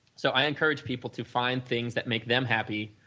so, i encourage people to find things that make them happy,